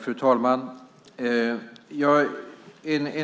Fru talman! En